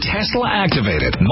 Tesla-activated